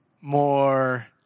more